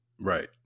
Right